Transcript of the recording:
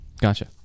Gotcha